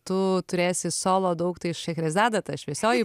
tu turėsi solo daug tai šechrezada ta šviesioji